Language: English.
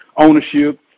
ownership